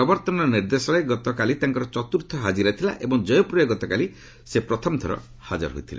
ପ୍ରବର୍ତ୍ତନ ନିର୍ଦ୍ଦେଶାଳୟରେ ଗତକାଲି ତାଙ୍କର ଚତ୍ର୍ଥ ହାଜିରା ଥିଲା ଏବଂ ଜୟପୁରରେ ଗତକାଲି ସେ ପ୍ରଥମ ଥର ହାଜର ହୋଇଥିଲେ